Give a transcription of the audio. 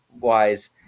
wise